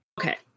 okay